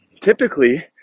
typically